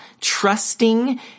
trusting